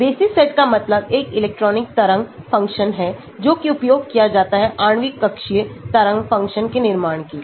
basis set का मतलब एक इलेक्ट्रॉन तरंग फ़ंक्शन है जो कि उपयोग किया जाता है आणविक कक्षीय तरंग फ़ंक्शन के निर्माण के लिए